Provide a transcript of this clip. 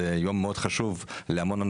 זה יום מאוד חשוב להמון אנשים,